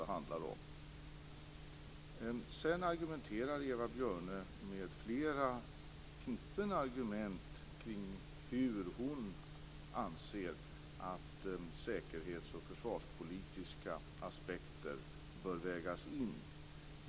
Eva Björne framförde flera knippen argument om hur hon anser att säkerhets och försvarspolitiska aspekter bör vägas in.